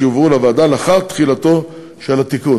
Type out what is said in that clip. שיובאו לוועדה לאחר תחילתו של התיקון,